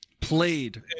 played